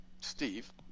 Steve